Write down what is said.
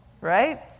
Right